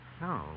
No